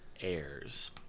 Heirs